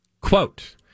Quote